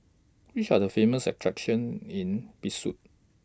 Which Are The Famous attractions in Bissau